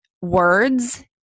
words